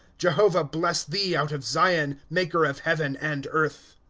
jehovah bless thee out of zion, maker of heaven and earth.